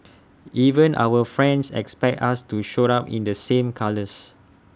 even our friends expect us to show up in the same colours